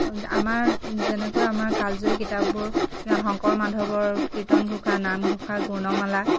আমাৰ যেনেকৈ আমাৰ কালজয়ী কিতাপবোৰ শংকৰ মাধৱৰ কীৰ্তন ঘোষা নামঘোষা গুৰ্ণমালা